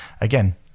again